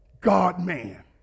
God-man